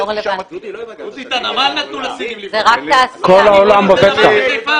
כל העולם עובד כך.